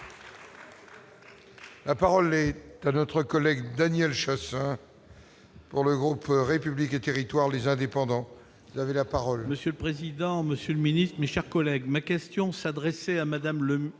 La parole est à notre collègue Daniel Chassain pour le groupe République et Territoires, les indépendants, vous avez la parole monsieur. Président, Monsieur le Ministre, mis, chers collègues, ma question s'adressait à Madame le